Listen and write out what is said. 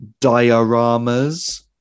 dioramas